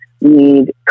need